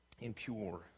Impure